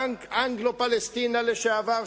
בנק אנגלו-פלשתינה לשעבר,